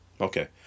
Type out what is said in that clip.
Okay